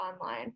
online